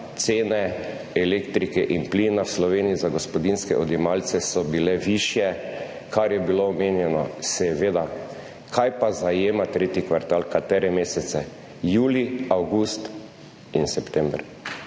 cene elektrike in plina v Sloveniji za gospodinjske odjemalce so bile višje, kar je bilo omenjeno. Seveda, kaj pa zajema tretji kvartal, katere mesece? Julij, avgust in september.